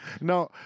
No